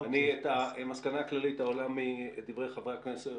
את המסקנה הכללית העולה מדברי חבר הכנסת בוסו,